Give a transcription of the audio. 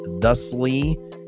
thusly